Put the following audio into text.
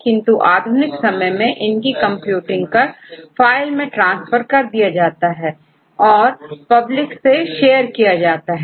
किंतु आधुनिक समय में इनकी कंप्यूटिंग कर फाइल में ट्रांसफर कर दिया जाता है जिसे पब्लिक से शेयर किया जा सकता है